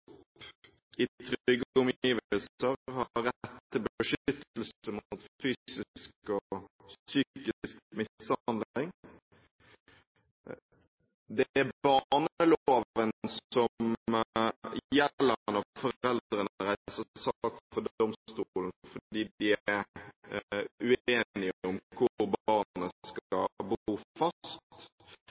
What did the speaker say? i trygge omgivelser og ha rett til beskyttelse mot fysisk og psykisk mishandling. Det er barneloven som gjelder når foreldrene reiser sak for domstolen fordi de er uenige om hvor barnet skal bo fast